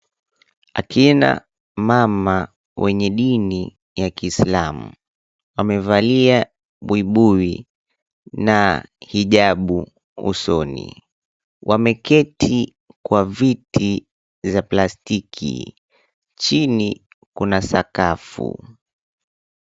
Akina mama wenye dini ya kiislamu wamevalia buibui na hijabu usoni. Wameketi kwa viti za plastiki. Chini kuna sakafu.